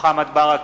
מוחמד ברכה,